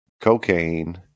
Cocaine